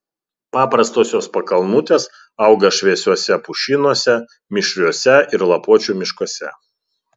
paprastosios pakalnutės auga šviesiuose pušynuose mišriuose ir lapuočių miškuose